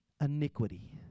iniquity